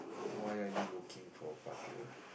why are you looking for a partner